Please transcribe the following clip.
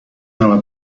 نباید